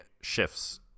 shifts